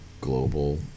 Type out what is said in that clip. global